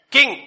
King